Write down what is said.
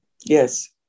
Yes